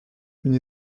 une